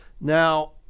Now